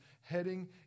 heading